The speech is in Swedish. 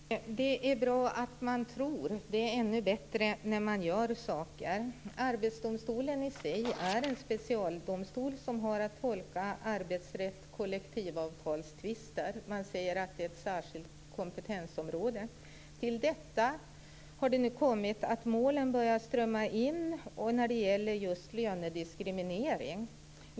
Herr talman! Det är bra att man tror, men det är ännu bättre när man gör saker. Arbetsdomstolen är i sig en specialdomstol, som har att tolka arbetsrätt och kollektivavtalstvister. Man säger att det är ett särskilt kompetensområde. Till detta har nu kommit att målen börjar strömma in när det gäller just lönediskriminering.